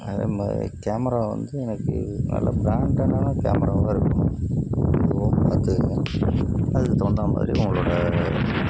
அதே மாதிரி கேமரா வந்து எனக்கு நல்ல ப்ராண்டடான கேமராவாக இருக்கணும் அதுவும் பார்த்துக்கங்க அதுக்கு தகுந்த மாதிரி உங்களோடய